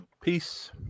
Peace